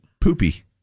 Poopy